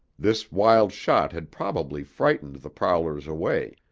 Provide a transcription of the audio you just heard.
this wild shot had probably frightened the prowlers away,